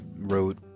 wrote